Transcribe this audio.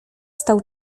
stał